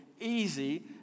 easy